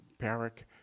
Barak